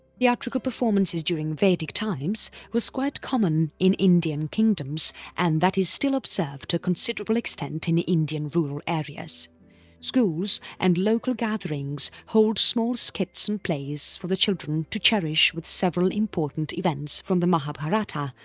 theatrical performances during vedic times was quite common in indian kingdoms and that is still observed to a considerable extent in indian rural areas schools and local gatherings hold small skits and plays for the children to cherish with several important events from the mahabharata,